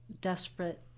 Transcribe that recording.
desperate